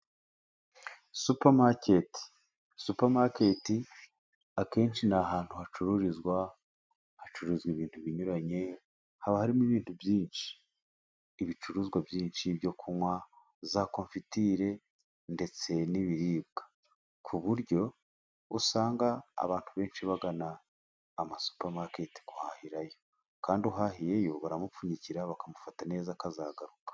Supamaketi, supamaketi akenshi ni ahantu hacururizwa, hacuruzwa ibintu binyuranye, haba harimo ibindi byinshi, ibicuruzwa byinshi byo kunywa za konfeture ndetse n'ibiribwa, ku buryo usanga abantu benshi bagana ama supamaketi guhahirayo kandi uhahiyeyo baramupfunyikira bakamufata neza kozagaruka.